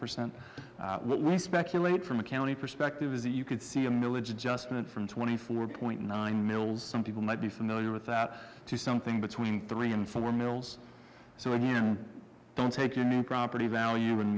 percent what we speculate from a county perspective is that you could see a millage adjustment from twenty four point nine mills some people might be familiar with that to something between three and four mills so it don't take a new property value and